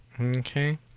Okay